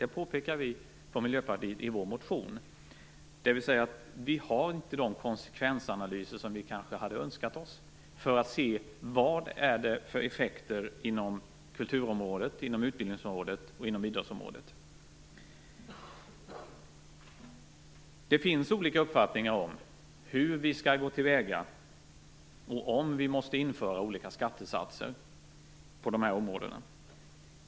Det påpekar vi från Miljöpartiet i vår motion, där det står att vi inte har de konsekvensanalyser som vi hade önskat för att kunna se vilka effekterna blir inom kultur-, utbildnings och idrottsområdet. Det finns olika uppfattningar om hur vi skall gå till väga och om vi måste införa olika skattesatser på dessa områden.